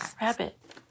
Rabbit